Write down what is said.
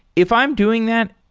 if i'm doing that,